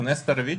הבעיה